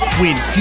win